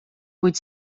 kuid